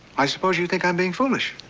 i suppose you think i'm being foolish.